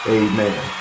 amen